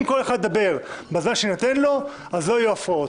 אם כל אחד ידבר בזמן שאתן לו אז לא יהיו הפרעות,